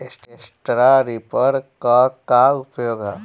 Straw reaper क का उपयोग ह?